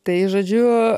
tai žodžiu